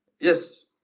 Yes